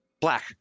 Black